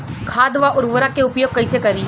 खाद व उर्वरक के उपयोग कईसे करी?